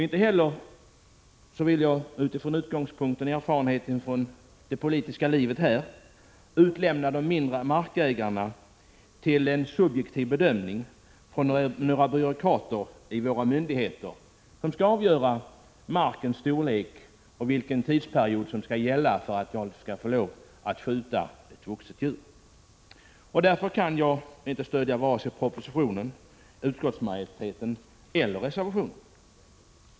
Inte heller vill jag med utgångspunkt i och erfarenhet av det politiska livet här utlämna de mindre markägarna till en subjektiv bedömning från några byråkrater hos våra myndigheter och låta dem avgöra markområdets storlek och vilken tidsperiod som skall gälla för att man skall få lov att skjuta ett vuxet djur. Jag kan inte stödja vare sig propositionen, utskottsmajoritetens förslag eller reservationen.